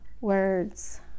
words